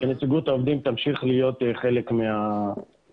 שנציגות העובדים תמשיך להיות חלק מוועדת